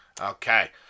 Okay